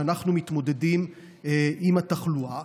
שאיתם אנחנו מתמודדים עם התחלואה.